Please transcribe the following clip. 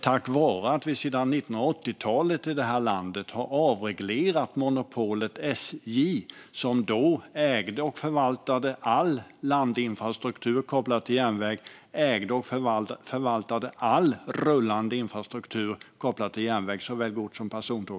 Sedan 1980-talet har vi i det här landet avreglerat monopolet SJ, som då ägde och förvaltade all landinfrastruktur kopplad till järnväg, all rullande infrastruktur kopplat till järnväg, såväl gods som persontåg.